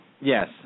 Yes